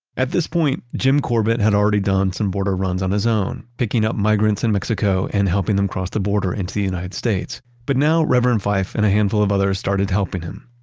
at this point, jim corbett had already done some border runs on his own, picking up migrants in mexico and helping them cross the border into the united states. but now reverend fife and a handful of others started helping him.